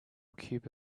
cube